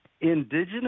indigenous